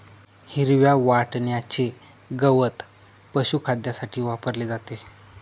हिरव्या वाटण्याचे गवत पशुखाद्यासाठी वापरले जाते